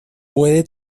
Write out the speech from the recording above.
puede